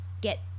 get